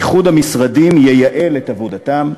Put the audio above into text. "איחוד המשרדים ייעל את עבודתם,